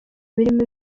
birimo